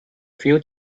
few